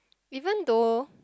even though